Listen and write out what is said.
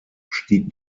stieg